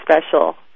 special